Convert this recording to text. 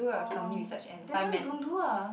orh then just don't do la